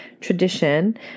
tradition